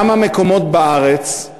כמה מקומות בארץ של